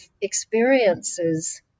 experiences